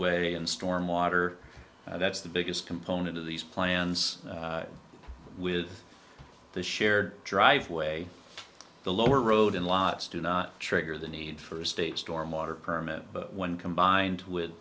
way and stormwater that's the biggest component of these plans with the shared driveway the lower road in lots do not trigger the need for state stormwater permit but when combined with